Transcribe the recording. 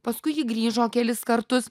paskui ji grįžo kelis kartus